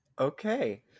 okay